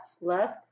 Left